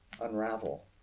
unravel